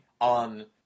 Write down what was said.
on